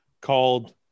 called